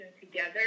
together